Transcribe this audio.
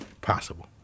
possible